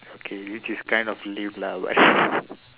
okay which is kind of lame lah but